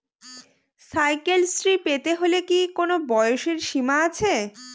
Cycle Shri পেতে হলে কি কোনো বয়সের সীমা আছে?